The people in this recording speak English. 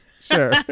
Sure